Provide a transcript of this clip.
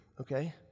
okay